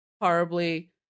horribly